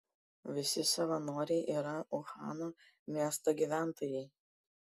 visi savanoriai yra uhano miesto gyventojai